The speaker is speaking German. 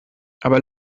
aber